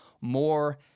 more